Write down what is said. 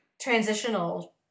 transitional